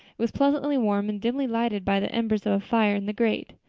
it was pleasantly warm and dimly lighted by the embers of a fire in the grate.